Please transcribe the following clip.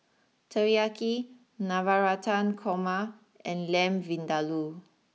Teriyaki Navratan Korma and Lamb Vindaloo